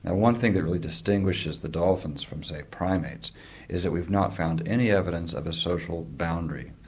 and one thing that really distinguishes the dolphins from, say, primates is that we've not found any evidence of a social boundary.